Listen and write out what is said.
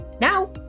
Now